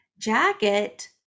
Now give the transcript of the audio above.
jacket